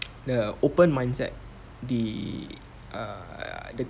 the open mindset the err the